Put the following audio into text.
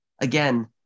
again